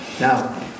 now